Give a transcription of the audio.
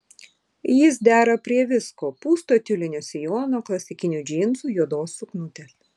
jis dera prie visko pūsto tiulinio sijono klasikinių džinsų juodos suknutės